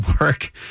work